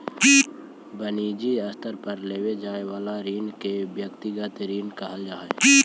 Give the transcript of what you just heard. वनिजी स्तर पर लेवे जाए वाला ऋण के व्यक्तिगत ऋण कहल जा हई